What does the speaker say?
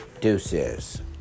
Deuces